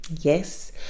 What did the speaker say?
yes